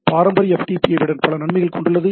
பாரம்பரிய FTP ஐ விட பல நன்மைகளைக் கொண்டுள்ளது